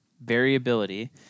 Variability